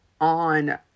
on